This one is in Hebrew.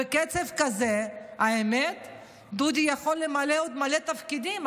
האמת היא שבקצב הזה דודי יכול למלא עוד מלא תפקידים.